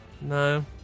No